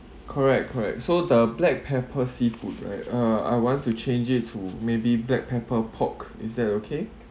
correct correct so the black pepper seafood right uh I want to change it to maybe black pepper pork is that okay